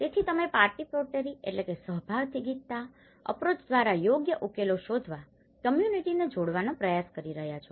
તેથી તમે પાર્ટીપેટોરીparticipatoryસહભાગિતા અપ્રોચ દ્વારા યોગ્ય ઉકેલો શોધવા કમ્યુનીટીને જોડવાનો પ્રયાસ કરી રહ્યાં છો